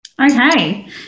okay